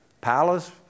palace